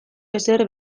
ezer